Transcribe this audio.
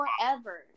forever